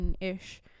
ish